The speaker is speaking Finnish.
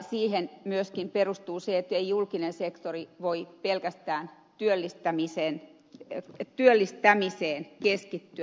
siihen myöskin perustuu se että ei julkinen sektori voi pelkästään työllistämiseen keskittyä